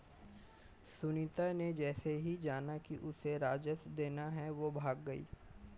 सुनीता ने जैसे ही जाना कि उसे राजस्व देना है वो भाग गई